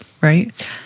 Right